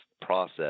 process